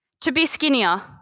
to be skinnier,